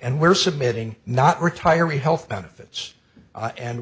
and we're submitting not retiring health benefits and